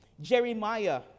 Jeremiah